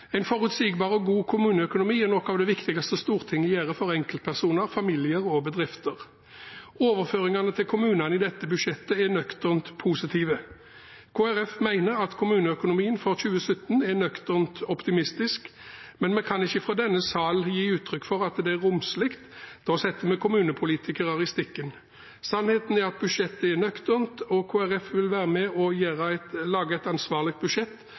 En forutsigbar og god kommuneøkonomi er noe av det viktigste Stortinget gjør for enkeltpersoner, familier og bedrifter. Overføringene til kommunene i dette budsjettet er nøkternt positive. Kristelig Folkeparti mener at kommuneøkonomien for 2017 er nøkternt optimistisk, men vi kan ikke fra denne salen gi uttrykk for at den er romslig. Da lar vi kommunepolitikerne i stikken. Sannheten er at budsjettet er nøkternt. Kristelig Folkeparti vil være med og lage et ansvarlig budsjett,